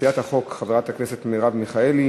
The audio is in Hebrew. למציעת החוק חברת הכנסת מרב מיכאלי,